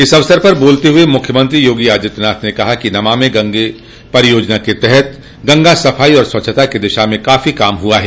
इस अवसर पर बोलते हुए मुख्यमंत्री योगी आदित्यनाथ ने कहा कि नमामि गंगे परियोजना के तहत गंगा सफाई और स्वच्छता की दिशा में काफी काम हुआ है